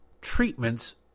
treatments